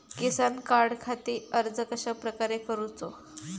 किसान कार्डखाती अर्ज कश्याप्रकारे करूचो?